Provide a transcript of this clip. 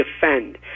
defend